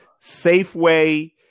Safeway